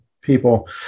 people